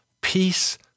Peace